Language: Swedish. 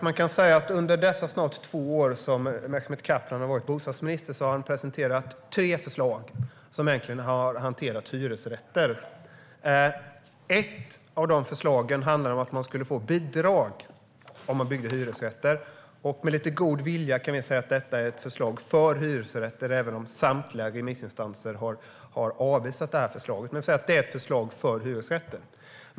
Herr talman! Under de nästan två år som Mehmet Kaplan har varit bostadsminister har han presenterat tre förslag som har hanterat hyresrätter. Ett av de förslagen handlade om att man skulle få bidrag om man byggde hyresrätter. Med lite god vilja kan vi säga att det är ett förslag för hyresrätter även om samtliga remissinstanser har avvisat förslaget. Det är ett förslag för hyresrätten.